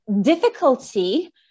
difficulty